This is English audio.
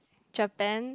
Japan